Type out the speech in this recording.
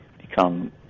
become